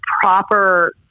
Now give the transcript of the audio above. proper